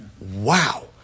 wow